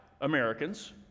Americans